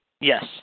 Yes